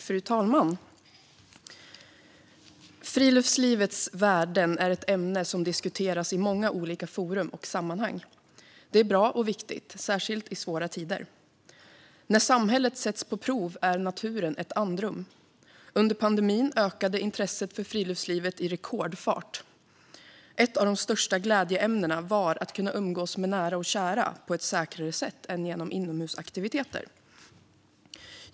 Fru talman! Friluftslivets värden är ett ämne som diskuteras i många olika forum och sammanhang. Detta är bra och viktigt, särskilt i svåra tider. När samhället sätts på prov ger naturen andrum. Under pandemin ökade intresset för friluftsliv i rekordfart. Ett av de största glädjeämnena var att kunna umgås med nära och kära på ett säkrare sätt än genom inomhusaktiviteter.